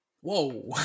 Whoa